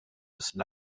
müssen